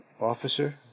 officer